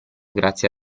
grazie